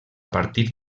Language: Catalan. partir